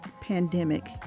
pandemic